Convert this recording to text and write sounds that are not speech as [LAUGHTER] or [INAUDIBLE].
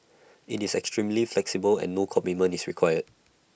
[NOISE] extremely flexible and no commitment is required